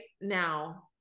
now